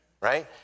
right